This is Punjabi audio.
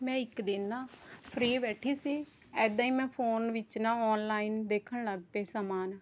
ਮੈਂ ਇੱਕ ਦਿਨ ਨਾ ਫ੍ਰੀ ਬੈਠੀ ਸੀ ਇੱਦਾਂ ਹੀ ਮੈਂ ਫੋਨ ਵਿੱਚ ਨਾ ਔਨਲਾਈਨ ਦੇਖਣ ਲੱਗ ਪਈ ਸਮਾਨ